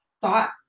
thought